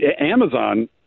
Amazon